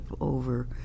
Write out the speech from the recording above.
over